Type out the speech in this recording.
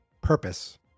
purpose